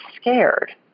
scared